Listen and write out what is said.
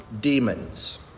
demons